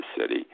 city